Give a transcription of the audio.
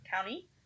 County